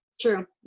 True